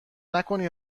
نکنی